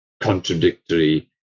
contradictory